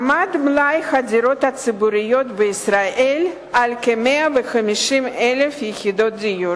עמד מלאי הדירות הציבוריות בישראל על כ-150,000 יחידות דיור.